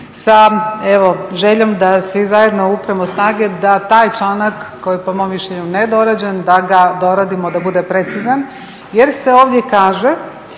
sa željom da svi zajedno upremo snage da taj članak koji je po mom mišljenju nedoređen, da ga doradimo da bude precizan. Jer se ovdje kaže